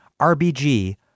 RBG